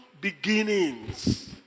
beginnings